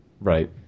Right